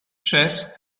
chest